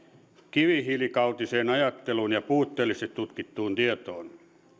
kivihiilikautiseen ajatteluun ja puutteellisesti tutkittuun tietoon nyt